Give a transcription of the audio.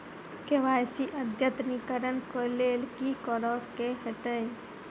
KYC अद्यतनीकरण कऽ लेल की करऽ कऽ हेतइ?